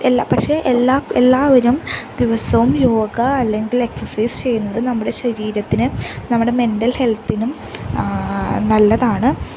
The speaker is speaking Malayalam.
പക്ഷേ എല്ലാവരും ദിവസവും യോഗ അല്ലങ്കിലെക്സസൈസ് ചെയ്യുന്നത് നമ്മുടെ ശരീരത്തിന് നമ്മുടെ മെൻ്റൽ ഹെൽത്തിനും നല്ലതാണ്